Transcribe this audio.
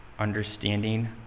understanding